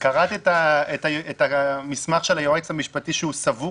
קראת את המסמך של היועץ המשפטי שסבור